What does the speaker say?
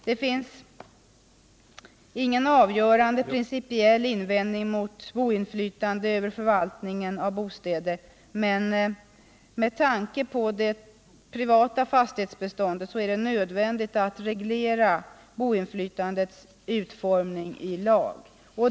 Det finns ingen avgörande, principiell invändning mot boinflytande över förvaltningen av bostäder, men med tanke på det privata fastighetsbeståndet är det nödvändigt att reglera boinflytandets utformning i lag.